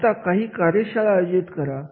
आता काही कार्यशाळा आयोजित करा